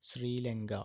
Sri Lanka